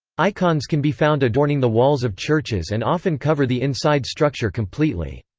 icons can be found adorning the walls of churches and often cover the inside structure completely.